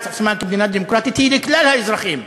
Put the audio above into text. את עצמה כמדינה דמוקרטית היא לכלל האזרחים.